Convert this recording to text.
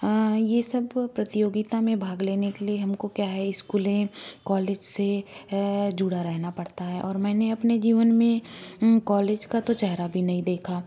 ये सब प्रतियोगिता में भाग लेने के लिए हमको क्या है स्कूलें कॉलेज से जुड़ा रहना पड़ता है और मैंने अपने जीवन में कॉलेज का तो चेहरा भी नहीं देखा